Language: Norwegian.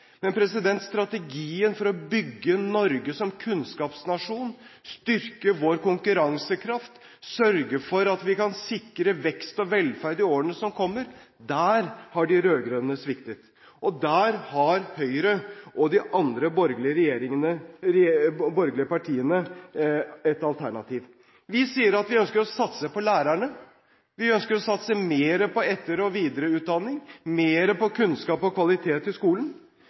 Men når det gjelder strategien for å bygge Norge som kunnskapsnasjon, styrke vår konkurransekraft og sørge for at vi kan sikre vekst og velferd i årene som kommer, har de rød-grønne sviktet! Og der har Høyre og de andre borgerlige partiene et alternativ. Vi sier at vi ønsker å satse på lærerne. Vi ønsker å satse mer på etter- og videreutdanning og mer på kunnskap og kvalitet i skolen.